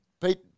Pete –